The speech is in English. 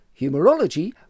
Humorology